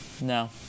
no